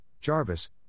Jarvis